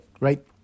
right